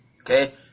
Okay